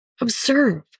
Observe